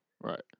Right